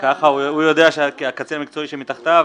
הוא יודע שהקצין המקצועי שמתחתיו